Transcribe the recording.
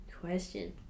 question